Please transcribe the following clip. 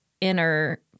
inner